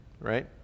right